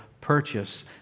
purchase